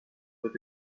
with